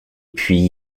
puis